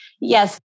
Yes